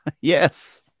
Yes